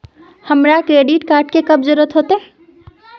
हमरा credit card की कब जरूरत होते?